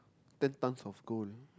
ten tons of gold